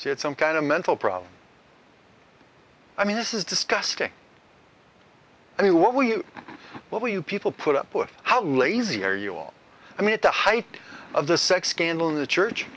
she had some kind of mental problem i mean this is disgusting and he what were you what were you people put up with how lazy are you all i mean at the height of the sex scandal in the church